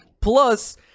Plus